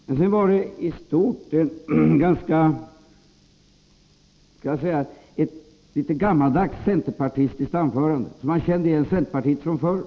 Men sedan var det i stort sett ett litet gammaldags centerpartistiskt anförande, så att man kände igen centerpartiet från förr.